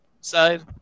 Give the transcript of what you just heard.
side